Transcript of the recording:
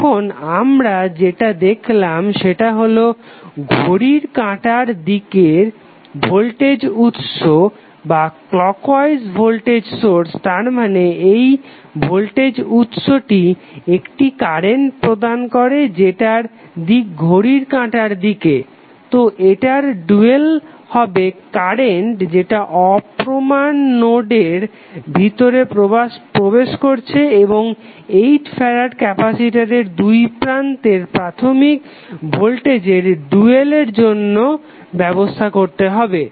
এখন আমরা যেটা দেখলাম সেটা হলো ঘড়ির কাঁটার দিকের ভোল্টেজ উৎস তার মানে এই ভোল্টেজ উৎসটি একটি কারেন্ট প্রদান করে যেটার দিক ঘড়ির কাঁটার দিকে তো এটার ডুয়াল হবে কারেন্ট যেটা অপ্রমান নোডের ভিতরে প্রবেশ করছে এবং 8 ফ্যারাড ক্যাপাসিটরের দুইপ্রান্তের প্রাথমিক ভোল্টেজের ডুয়ালের জন্য ব্যবস্থা রাখতে হবে